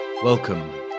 Welcome